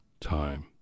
time